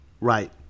right